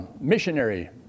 missionary